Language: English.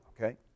okay